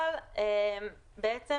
אבל בעצם